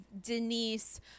Denise